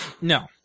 No